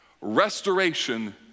restoration